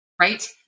right